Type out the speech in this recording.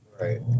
Right